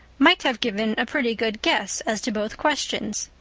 might have given a pretty good guess as to both questions.